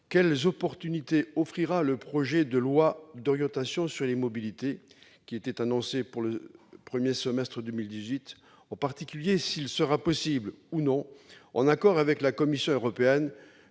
seront offertes par le projet de loi d'orientation sur les mobilités, qui était annoncé pour le premier semestre de 2018 ? En particulier, sera-t-il possible, ou non, en accord avec la Commission européenne,